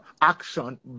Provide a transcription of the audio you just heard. action